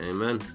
Amen